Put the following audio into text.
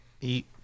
eat